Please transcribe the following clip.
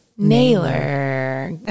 nailer